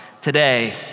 today